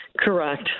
Correct